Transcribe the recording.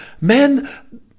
men